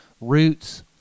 roots